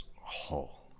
whole